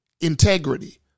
Integrity